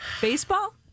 Baseball